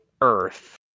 earth